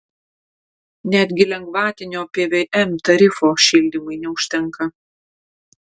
netgi lengvatinio pvm tarifo šildymui neužtenka